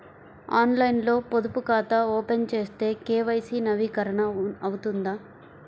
ఆన్లైన్లో పొదుపు ఖాతా ఓపెన్ చేస్తే కే.వై.సి నవీకరణ అవుతుందా?